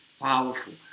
powerful